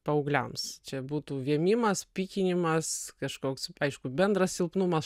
paaugliams čia būtų vėmimas pykinimas kažkoks aišku bendras silpnumas